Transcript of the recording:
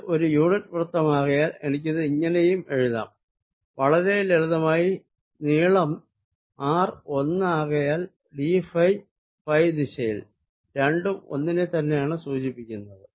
ഇത് ഒരു unit circle ആകയാൽ എനിക്കിത് ഇങ്ങിനെയും എഴുതാം വളരെ ലളിതമായി നീളം r ഒന്ന് ആകയാൽ d ഫൈ ഫൈ ദിശയിൽ രണ്ടും ഒന്നിനെ തന്നെയാണ് സൂചിപ്പിക്കുന്നത്